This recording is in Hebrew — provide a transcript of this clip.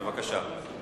בבקשה.